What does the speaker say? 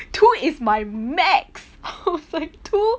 two is my max I was like two